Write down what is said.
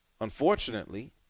Unfortunately